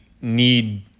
need